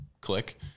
click